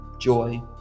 joy